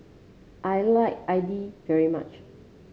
I like Idili very much